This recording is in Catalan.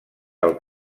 del